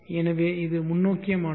எனவே இது முன்னோக்கிய மாற்றம்